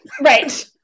Right